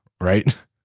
right